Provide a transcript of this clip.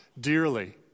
dearly